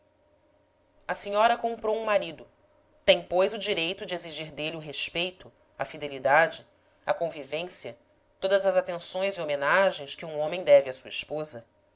a senhora comprou um marido tem pois o direito de exigir dele o respeito a fidelidade a convivência todas as atenções e homenagens que um homem deve à sua esposa